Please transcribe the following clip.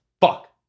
Fuck